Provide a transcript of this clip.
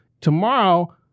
tomorrow